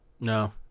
No